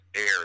air